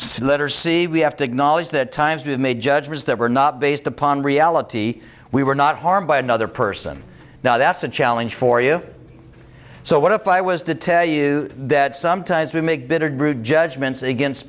slater see we have to acknowledge that times we have made judgments that were not based upon reality we were not harmed by another person now that's a challenge for you so what if i was to tell you that sometimes we make bitter group judgments against